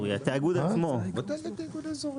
ביטלתי את ה-30